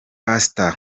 pastor